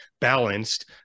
balanced